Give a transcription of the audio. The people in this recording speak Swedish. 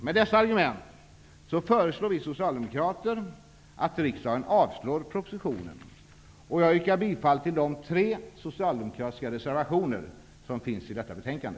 Med dessa argument föreslår vi socialdemokrater att riksdagen skall avslå propositionen. Jag yrkar bifall till de tre socialdemokratiska reservationerna i detta betänkande.